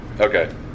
okay